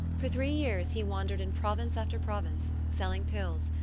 for three years he wan dered in province after province, selling pills,